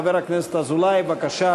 חבר הכנסת אזולאי, בבקשה,